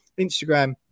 Instagram